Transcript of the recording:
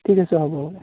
ঠিক আছে হ'ব হ'ব